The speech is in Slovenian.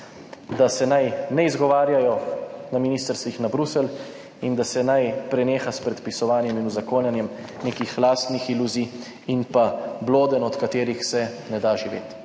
da se naj ne izgovarjajo na ministrstvih na Bruselj in da se naj preneha s predpisovanjem in uzakonjanjem nekih lastnih iluzij in pa blodenj, od katerih se ne da živeti.